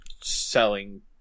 selling